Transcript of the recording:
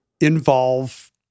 involve